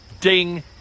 Ding